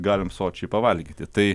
galim sočiai pavalgyti tai